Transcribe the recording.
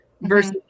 versus